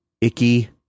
Icky